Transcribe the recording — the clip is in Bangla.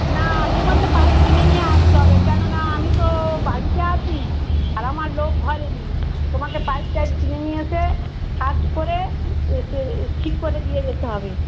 না তোমাকে পাইপ কিনে নিয়ে আসতে হবে কেন না আমি তো বাড়িতে আছি আর আমার লোক ঘরে নেই তোমাকে পাইপ টাইপ কিনে নিয়ে এসে কাজ করে এসে ঠিক করে দিয়ে যেতে হবে